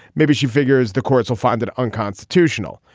maybe she figures the courts will find that unconstitutional.